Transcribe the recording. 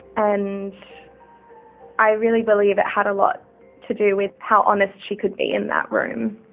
and i really believe it had a lot to do with how honest she could be in that room,